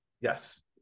Yes